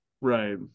Right